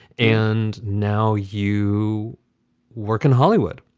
and now you work in hollywood.